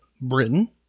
Britain